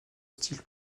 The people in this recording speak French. style